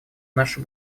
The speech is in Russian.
наша